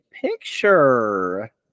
picture